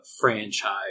franchise